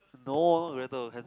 no not whether hand